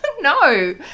no